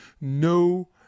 No